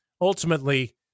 ultimately